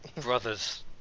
Brothers